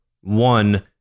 One